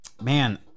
Man